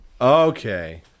Okay